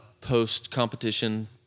post-competition